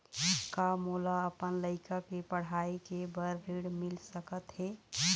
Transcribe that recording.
का मोला अपन लइका के पढ़ई के बर ऋण मिल सकत हे?